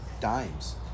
dimes